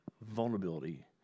vulnerability